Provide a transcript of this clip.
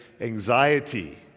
anxiety